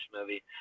movie